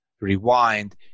rewind